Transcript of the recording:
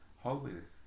Holiness